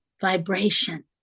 Vibration